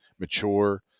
mature